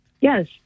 Yes